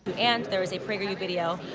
and there is a prageru video,